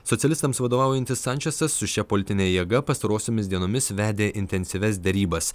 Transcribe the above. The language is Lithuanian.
socialistams vadovaujantis sančezas su šia politine jėga pastarosiomis dienomis vedė intensyvias derybas